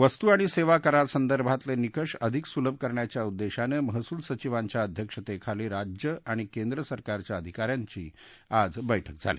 वस्तू आणि सेवा करासंदर्भातले निकष अधिक सुलभ करण्याच्या उद्देशानं महसूल सचिवांच्या अध्यक्षतेखाली राज्य आणि केंद्र सरकारच्या अधिका यांनी आज बैठक झाली